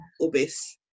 obese